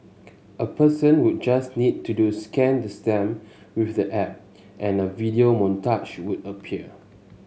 a person would just need to do scan the stamp with the app and a video montage would appear